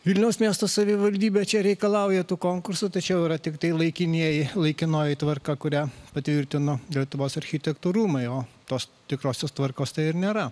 vilniaus miesto savivaldybė čia reikalauja tų konkursų tačiau yra tiktai laikinieji laikinoji tvarka kurią patvirtino lietuvos architektų rūmai o tos tikrosios tvarkos tai ir nėra